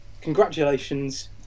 congratulations